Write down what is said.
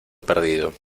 perdido